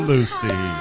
Lucy